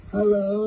Hello